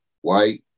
white